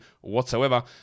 whatsoever